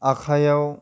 आखायाव